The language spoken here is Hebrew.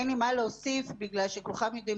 אין לי מה להוסיף בגלל שכולכם יודעים